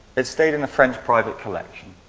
it stayed in the french private collection.